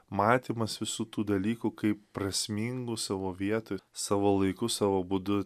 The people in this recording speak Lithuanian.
matymas visų tų dalykų kaip prasmingų savo vietoj savo laiku savo būdu